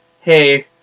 hey